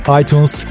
iTunes